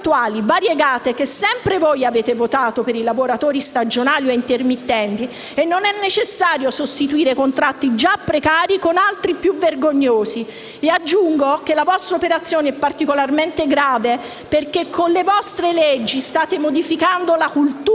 variegate, che sempre voi avete votato, per i lavori stagionali o intermittenti e non è necessario sostituire contratti già precari con altri ancora più vergognosi. Aggiungo che la vostra operazione è particolarmente grave perché, con le vostre leggi, state modificando la cultura